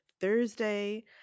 Thursday